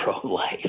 pro-life